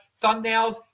thumbnails